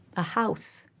a house,